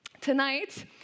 Tonight